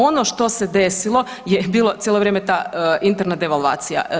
Ono što se desilo je bilo cijelo vrijeme ta interna devalvacija.